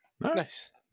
Nice